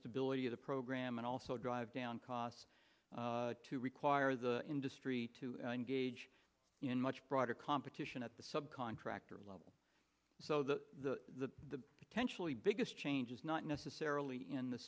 stability of the program and also drive down costs to require the industry to engage in much broader competition at the subcontractor level so the potentially biggest change is not necessarily in the